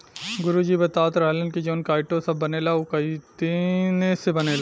गुरु जी बतावत रहलन की जवन काइटो सभ बनेला उ काइतीने से बनेला